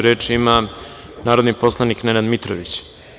Reč ima narodni poslanik Nenad Mitrović.